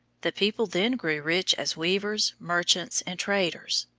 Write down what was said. the people then grew rich as weavers, merchants and traders.